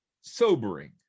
sobering